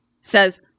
says